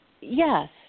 Yes